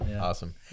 Awesome